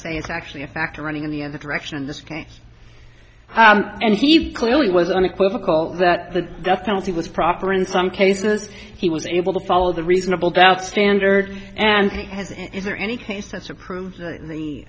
say it's actually a factor running in the other direction in this case and he clearly was unequivocal that the death penalty was proper in some cases he was able to follow the reasonable doubt standard and he has and is there any case that's approved